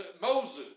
Moses